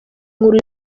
inkuru